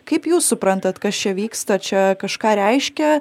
kaip jūs suprantat kas čia vyksta čia kažką reiškia